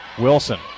Wilson